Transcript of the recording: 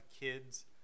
kids